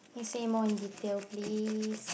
you say more in detail please